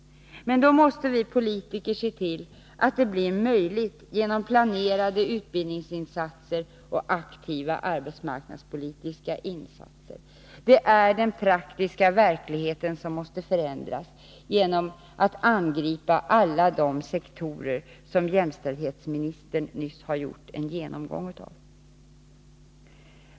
Men då måste vi politiker se till att det blir möjligt genom planerade utbildningsinsatser och aktiva arbetsmarknadspolitiska insatser. Det är den praktiska verkligheten som måste förändras genom att vi angriper alla de sektorer som jämställdhetsministern nyss har gjort en genomgång av.